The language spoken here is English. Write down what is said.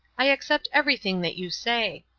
i accept everything that you say.